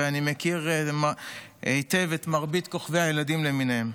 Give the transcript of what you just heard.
ואני מכיר היטב את מרבית כוכבי הילדים למיניהם.